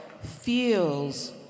feels